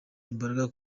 imbaraga